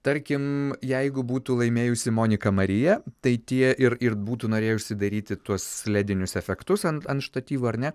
tarkim jeigu būtų laimėjusi monika marija tai tie ir ir būtų norėjusi daryti tuos ledinius efektus ant ant štatyvų ar ne